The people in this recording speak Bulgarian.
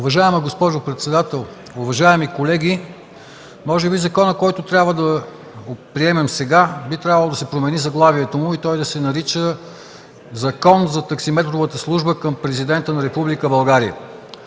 Уважаема госпожо председател, уважаеми колеги! Може би на закона, който трябва да приемем сега, би трябвало да му се промени заглавието и той да се нарича „Закон за таксиметровата служба към Президента на Република България”.